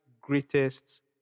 greatest